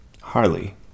Harley